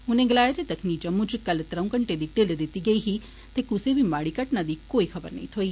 उनें गलाया जे दक्खनी जम्मू च कल त्रै घैंअे लेई ढिल्ल दित्ती गेई ही कुसै बी माड़ी घटना दी कोई खबर नेई थ्होई